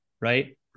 right